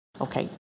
Okay